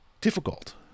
difficult